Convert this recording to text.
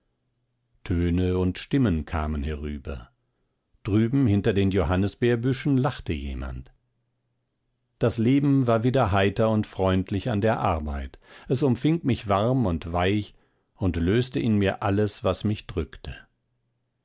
töne und stimmen kamen herüber drüben hinter den johannesbeerbüschen lachte jemand das leben war wieder heiter und freundlich an der arbeit es umfing mich warm und weich und löste in mir alles was mich drückte